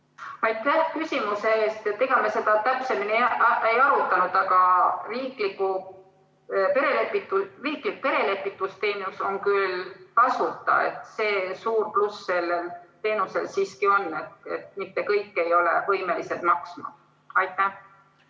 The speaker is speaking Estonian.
Aitäh küsimuse eest! Ega me seda täpsemini ei arutanud. Aga riiklik perelepitusteenus on küll tasuta, see suur pluss sellel teenusel siiski on. Mitte kõik ei ole võimelised maksma. Kert